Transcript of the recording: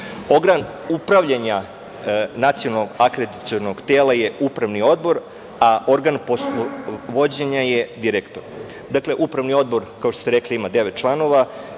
upravljanja Nacionalnog akreditacionog tela je Upravni odbor, a organ vođenja je direktor. Upravni odbor, kao što ste rekli, ima devet članova